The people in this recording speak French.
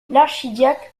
l’archidiacre